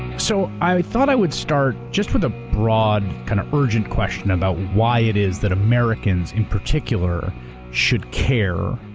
so i thought i would start just with a broad, kind of urgent, question about why it is that americans in particular should care,